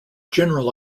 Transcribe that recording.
general